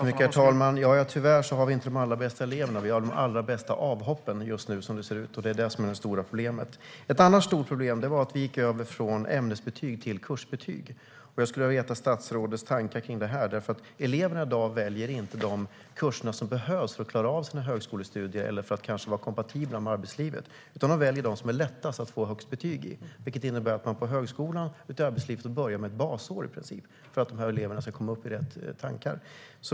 Herr talman! Tyvärr har vi inte de allra bästa eleverna. Som det ser ut just nu har vi de allra bästa avhoppen. Det är det som är det stora problemet. Ett annat stort problem är att vi har övergått från ämnesbetyg till kursbetyg. Jag skulle vilja veta vilka tankar statsrådet har om detta. Eleverna i dag väljer nämligen inte de kurser som behövs för att de ska klara av sina högskolestudier eller för att de kanske ska vara kompatibla med arbetslivet utan de väljer de kurser som det är lättast att få högst betyg i. Det innebär att man på högskolan och ute i arbetslivet i princip måste börja med ett basår för dessa elever.